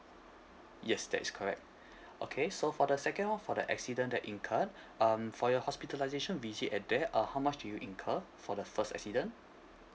yes that is correct okay so for the second one for the accident that incurred um for your hospitalization visit at there uh how much did you incur for the first accident